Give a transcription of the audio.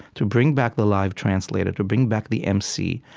to bring back the live translator, to bring back the emcee,